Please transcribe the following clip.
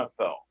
NFL